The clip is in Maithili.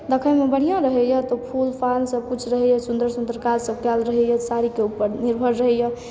दखैमऽ बढ़िया रहैए तऽ फूल फाल सब कुछ रहैए सुन्दर सुन्दर काज सब कयल रहैए साड़ीके ऊपर निर्भर रहैए